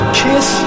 kiss